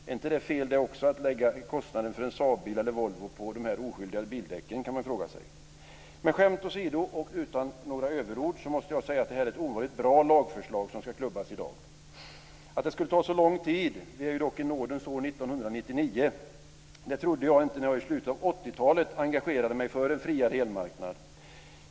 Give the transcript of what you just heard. Är inte det också fel, att lägga kostnaden för en Saab eller Volvo på de oskyldiga bildäcken? Det kan man fråga sig. Men skämt åsido och utan några överord så måste jag säga att det är ett ovanligt bra lagförslag som ska klubbas i dag. Att det skulle ta så lång tid - vi är ju dock i nådens år 1999 - trodde jag inte när jag i slutet av 80-talet engagerade mig för en friare elmarknad.